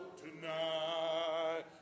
tonight